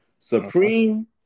Supreme